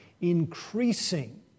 increasing